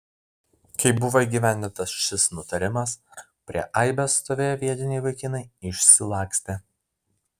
kai buvo įgyvendintas šis nutarimas prie aibės stovėję vietiniai vaikinai išsilakstė